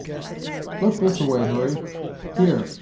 look this-a-way, hurry here,